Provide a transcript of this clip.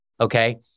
Okay